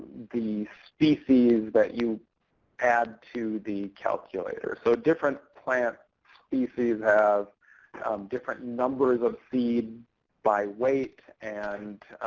the species that you add to the calculator. so different plants species have different numbers of seed by weight, and